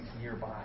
nearby